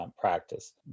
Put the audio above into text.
practice